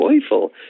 joyful